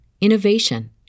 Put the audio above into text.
innovation